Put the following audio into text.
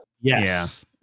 yes